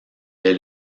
est